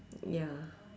ya